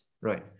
right